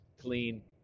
clean